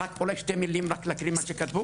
רק אולי שני מילים, רק להקריא מה שכתבו,